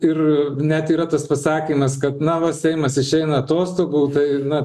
ir net yra tas pasakymas kad na va seimas išeina atostogų tai na